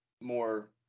more